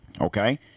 Okay